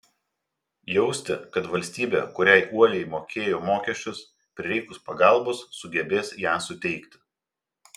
jausti kad valstybė kuriai uoliai mokėjo mokesčius prireikus pagalbos sugebės ją suteikti